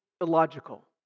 illogical